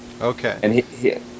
Okay